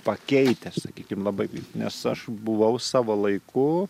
pakeitęs sakykim labai nes aš buvau savo laiku